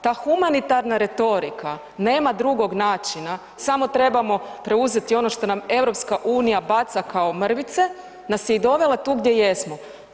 Ta humanitarna retorika nema drugog načina samo trebamo preuzeti ono što nam EU baca kao mrvice, nas je i dovela tu gdje jesmo.